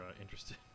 interested